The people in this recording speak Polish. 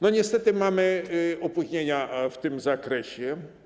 Niestety mamy opóźnienia w tym zakresie.